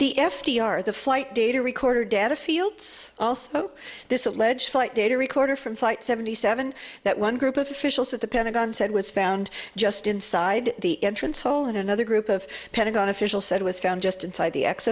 the f d r the flight data recorder data fields also this alleged flight data recorder from flight seventy seven that one group of officials at the pentagon said was found just inside the entrance hole in another group of pentagon officials said it was found just inside the ex